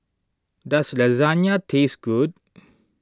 does Lasagna taste good